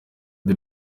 the